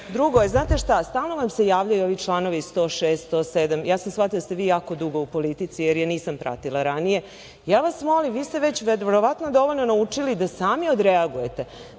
to. Drugo, znate šta, stalno vam se javljaju ovi članovi 106, 107. Ja sam shvatila da ste vi jako dugo u politici, jer je nisam pratila ranije, i zato vas molim, vi ste već verovatno dovoljno naučili da sami odreagujete,